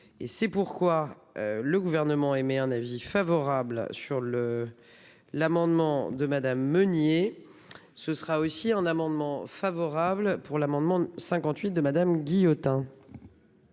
Et c'est pourquoi le Gouvernement émet un avis favorable sur le. L'amendement de Madame Meunier. Ce sera aussi en amendement favorable pour l'amendement 58 de Madame Guillotin.